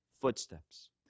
footsteps